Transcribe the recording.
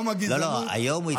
אני לא שכחתי, תאמין לי.